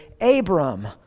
Abram